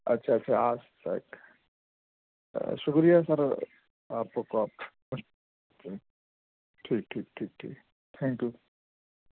اچھا اچھا آج تک شکریہ سر آپ کو ٹھیک ٹھیک ٹھیک ٹھیک تھینک یو